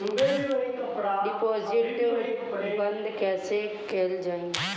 Deposit बंद कैसे कैल जाइ?